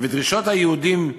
ואת דרישות היהודים החרדים,